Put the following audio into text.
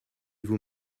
vous